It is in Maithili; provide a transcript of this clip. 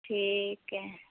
ठीक हइ